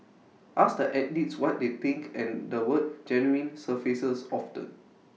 ask the athletes what they think and the word genuine surfaces often